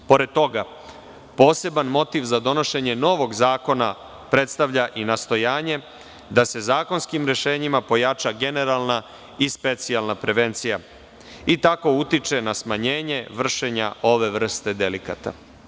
Pored toga, poseban motiv za donošenje novog zakona predstavlja i nastojanje da se zakonskim rešenjima pojača generalna i specijalna prevencija i tako utiče na smanjenje vršenja ove vrste delikata.